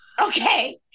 Okay